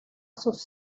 sus